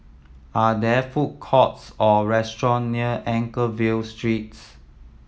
are there food courts or restaurant near Anchorvale Street